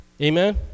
amen